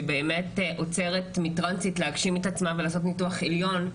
שבאמת עוצרת טרנסית מלהגשים את עצמה ולעשות ניתוח עליון,